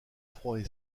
froids